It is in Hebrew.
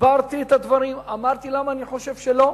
הסברתי את הדברים, אמרתי למה אני חושב שלא,